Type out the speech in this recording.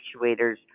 actuators